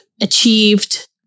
achieved